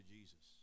Jesus